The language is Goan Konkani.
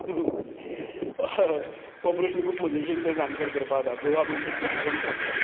हाहा हो प्रस्न खूब मजेशीर तरेन आन्सर करपाक जाता गोवा म्हणटा ते टूरिजम सेंटर